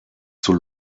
zur